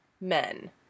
men